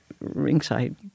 ringside